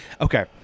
okay